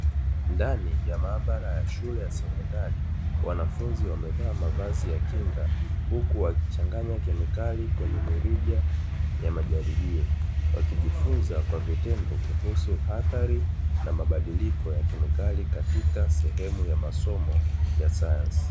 Ndani ya maabara ya shule ya sekondari wanafunzi wamevaa mavazi ya kinga, huku wakichanganya kemikali kwenye mirija ya majaribio, wakijifunza kwa vitendo kuhusu athari na mabadiliko ya kemikali katika sehemu ya masomo ya sayansi.